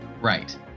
Right